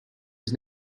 his